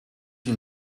you